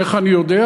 איך אני יודע?